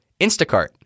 Instacart